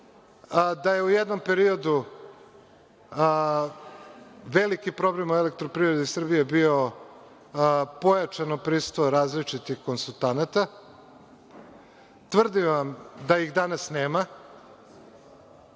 da je u jednom periodu veliki problem u „Elektroprivredi Srbije“ bilo pojačano prisustvo različitih konsultanata. Tvrdim vam da ih danas nema